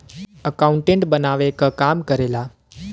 accountant बनावे क काम करेला